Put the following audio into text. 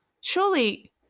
Surely